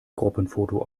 gruppenfoto